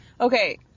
okay